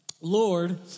Lord